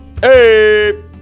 Hey